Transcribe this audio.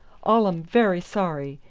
all um very sorry.